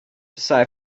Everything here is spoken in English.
sci